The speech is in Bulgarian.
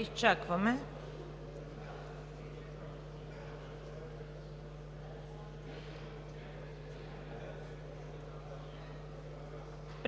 Изчаквам